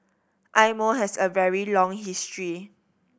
Eye Mo has a very long history